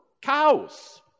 cows